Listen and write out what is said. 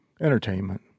Entertainment